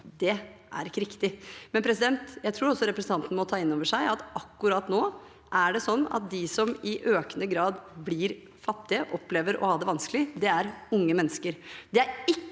ikke er riktig. Jeg tror også representanten må ta inn over seg at det akkurat nå er sånn at de som i økende grad blir fattige og opplever å ha det vanskelig, er unge mennesker.